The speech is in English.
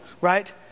right